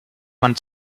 man